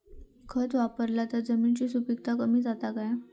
खत वापरला तर जमिनीची सुपीकता कमी जाता काय?